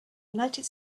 united